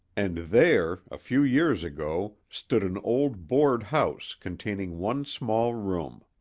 and there a few years ago stood an old board house containing one small room.